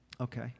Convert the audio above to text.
Okay